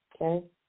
Okay